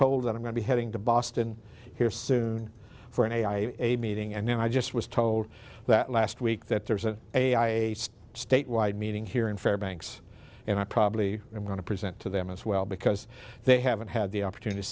told that i'm going to be heading to boston here soon for an ai a meeting and i just was told that last week that there's an a a statewide meeting here in fairbanks and i probably am going to present to them as well because they haven't had the opportunity to